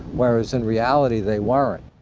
whereas in reality they weren't.